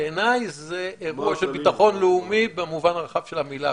בעיני זה אירוע של בטחון לאומי במובן הרחב של המילה.